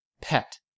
pet